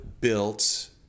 built